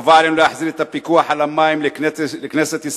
חובה עלינו להחזיר את הפיקוח על המים לכנסת ישראל,